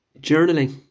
journaling